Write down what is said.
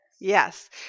Yes